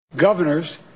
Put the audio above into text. governors